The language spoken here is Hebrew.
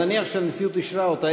ונניח שהנשיאות אישרה אותה,